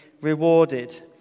rewarded